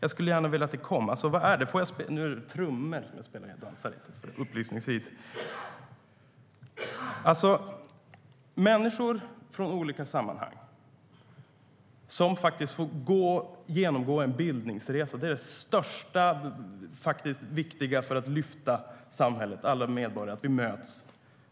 Nu spelar jag på trummor - upplysningsvis! Människor från olika sammanhang som får genomgå en bildningsresa är det viktigaste för att alla medborgare i samhället ska mötas.